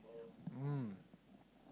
mm